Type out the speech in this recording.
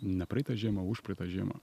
ne praeitą žiemą užpraeitą žiemą